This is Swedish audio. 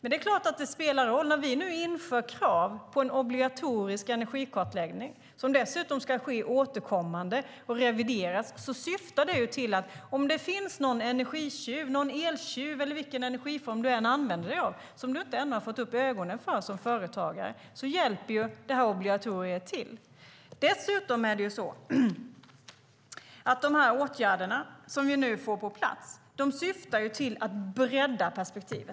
Det är klart att det spelar roll när vi nu inför krav på en obligatorisk energikartläggning, som dessutom ska ske återkommande och revideras. Om det finns en energitjuv eller eltjuv - vilken energiform du än använder dig av - som du som företagare ännu inte fått upp ögonen för så hjälper obligatoriet till. Dessutom syftar de åtgärder som vi nu får på plats till att bredda perspektivet.